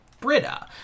Britta